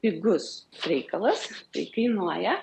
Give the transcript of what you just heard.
pigus reikalas tai kainuoja